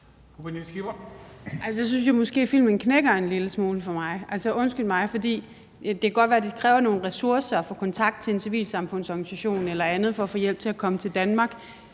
jeg måske at filmen knækker en lille smule for mig. Det kan godt være, at det kræver nogle ressourcer at få kontakt til en civilsamfundsorganisation eller andet for at få hjælp til at komme til Danmark